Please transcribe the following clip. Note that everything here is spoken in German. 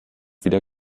wieder